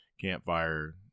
campfire